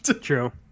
True